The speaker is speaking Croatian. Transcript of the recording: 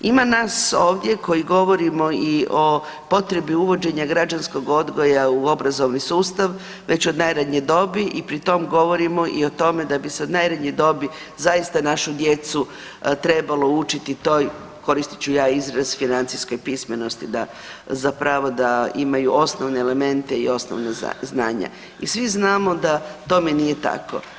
Ima nas ovdje koji govorimo i o potrebi uvođenja građanskog odgoja u obrazovni sustav već od najranije dobi i pri tom govorimo i o tome da bi se od najranije dobi zaista našu djecu trebalo učiti toj, koristit ću ja izraz, financijskoj pismenosti da zapravo da imaju osnovne elemente i osnovna znanja i svi znamo da tome nije tako.